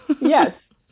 Yes